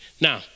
Now